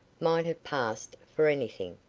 might have passed for anything,